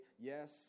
yes